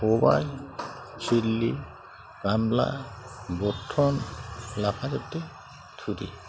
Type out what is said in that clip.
खबाय सिल्लि गामब्ला बर्थन लाफाजोबदो थुदो